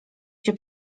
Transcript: się